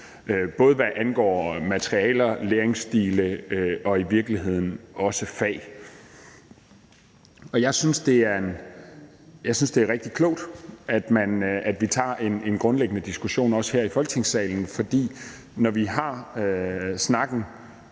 både hvad angår materialer og læringsstile og i virkeligheden også fag. Jeg synes, det er rigtig klogt, at vi tager en grundlæggende diskussion, også her i Folketingssalen. For når vi har snakken